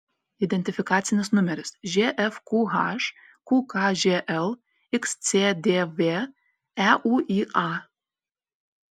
identifikacinis numeris žfqh qkžl xcdv euia